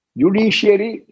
judiciary